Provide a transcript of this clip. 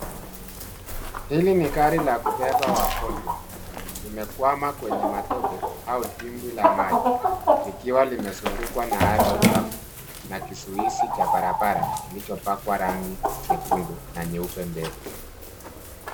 Hili ni gari la kubeba wagonjwa, limekwama kwenye matope, au dimbwi la maji, likiwa limezungukwa na ardhi kavu, na kizuizi cha barabara, kilichopakwa rangi, nyekundu, na nyeupe mbele.